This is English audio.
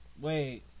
Wait